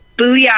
Booyah